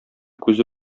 күзе